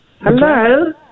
Hello